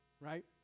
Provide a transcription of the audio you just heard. right